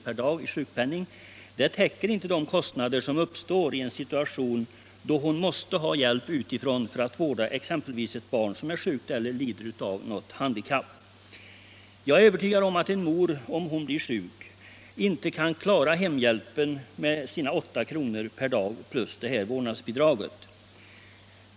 per dag i sjukpenning, inte täcker de kostnader som uppstår i en situation då hon måste ha hjälp utifrån för att vårda exempelvis ett barn som är sjukt eller lider av något handikapp. Jag är rätt övertygad om att mor, om hon blir sjuk, inte kan klara hemhjälpen med sina 8 kr. per dag, plus vårdnadsbidraget.